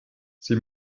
sie